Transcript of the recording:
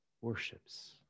worships